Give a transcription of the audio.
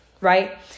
right